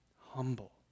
humble